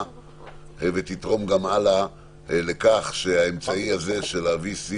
ותתרום גם הלאה לכך שהאמצעי הזה של ה-VC